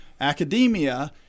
Academia